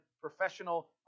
professional